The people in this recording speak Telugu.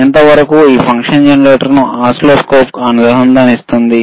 ఇంత వరకు ఈ ఫంక్షన్ జెనరేటర్ను ఓసిల్లోస్కోప్కు అనుసంధానిస్తుంది